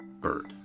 bird